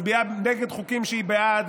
מצביעה נגד חוקים שהיא בעד,